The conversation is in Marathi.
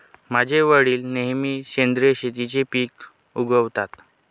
माझे वडील नेहमी सेंद्रिय शेतीची पिके उगवतात